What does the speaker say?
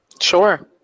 sure